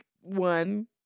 one